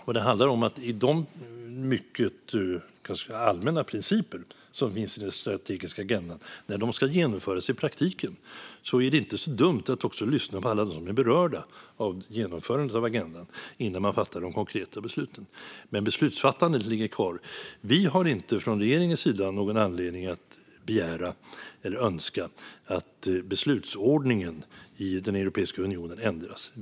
Vad det handlar om är att när de mycket allmänna principer som finns i den strategiska agendan ska genomföras i praktiken är det inte så dumt att också lyssna på alla dem som är berörda av genomförandet av agendan innan man fattar de konkreta besluten. Men beslutsfattandet ligger kvar. Vi har inte från regeringens sida någon anledning att begära eller önska att beslutsordningen i Europeiska unionen ska ändras.